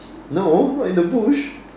no not in the bush